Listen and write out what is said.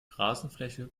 rasenfläche